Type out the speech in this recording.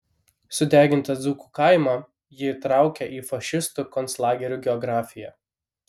sudegintą dzūkų kaimą ji įtraukia į fašistų konclagerių geografiją